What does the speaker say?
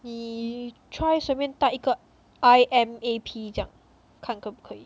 你 try 随便 type 一个 I_M_A_P 这样看可不可以